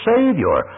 Savior